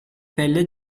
pelle